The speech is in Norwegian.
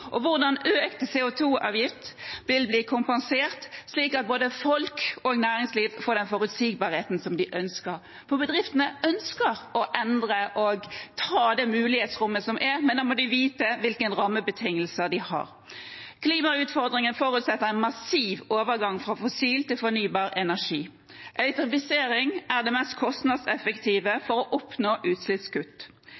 og hvordan økt CO 2 -avgift vil bli kompensert slik at både folk og næringsliv får den forutsigbarheten som de ønsker. Bedriftene ønsker å endre og ta det mulighetsrommet som er, men da må de vite hvilke rammebetingelser de har. Klimautfordringer forutsetter en massiv overgang fra fossil til fornybar energi. Elektrifisering er det mest kostnadseffektive